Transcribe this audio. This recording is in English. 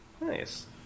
Nice